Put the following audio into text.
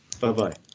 Bye-bye